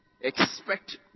Expect